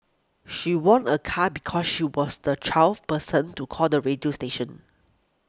she won a car because she was the twelfth person to call the radio station